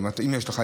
אם יש לך.